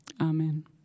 Amen